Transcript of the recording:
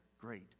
great